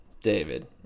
David